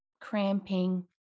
cramping